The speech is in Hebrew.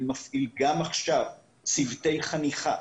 אני מפעיל גם עכשיו צוותי חניכה,